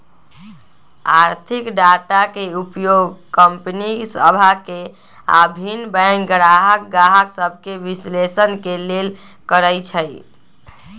आर्थिक डाटा के उपयोग कंपनि सभ के आऽ भिन्न बैंक गाहक सभके विश्लेषण के लेल करइ छइ